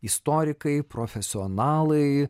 istorikai profesionalai